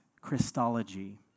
Christology